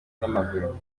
n’amaguru